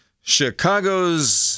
Chicago's